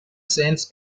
sends